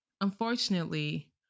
Unfortunately